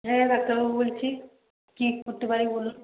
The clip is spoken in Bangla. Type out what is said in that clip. হ্যাঁ ডাক্তারবাবু বলছি কী করতে পারি বলুন